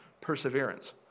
perseverance